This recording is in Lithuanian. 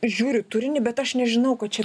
žiūriu turinį bet aš nežinau kad čia